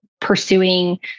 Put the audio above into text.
pursuing